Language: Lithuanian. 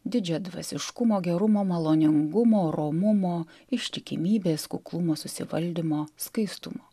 didžiadvasiškumo gerumo maloningumo romumo ištikimybės kuklumo susivaldymo skaistumo